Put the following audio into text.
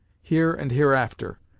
here and hereafter,